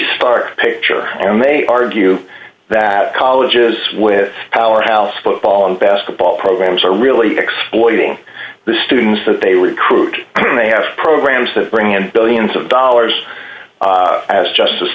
stark picture and they argue that colleges with powerhouse football and basketball programs are really exploiting the students that they recruit and they have programs that bring in billions of dollars as justice